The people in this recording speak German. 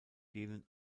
denen